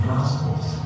Gospels